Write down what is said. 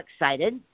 excited